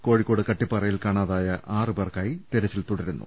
കോഴിക്കോട് കട്ടിപ്പാറയിൽ കാണാതായ ആറ് പേർക്കായി തെരച്ചിൽ തുടരുന്നു